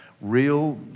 real